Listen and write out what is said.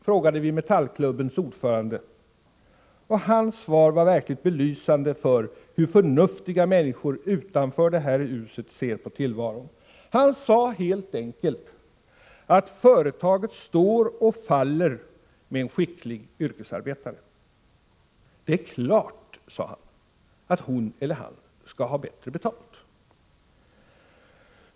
frågade vi Metallklubbens ordförande. Hans svar var verkligen belysande för hur förnuftiga människor utanför det här huset ser på tillvaron. Han sade helt enkelt att företaget står och faller med en skicklig yrkesarbetare. Det är klart, sade han, att hon eller han skall ha bättre betalt.